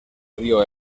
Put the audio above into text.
río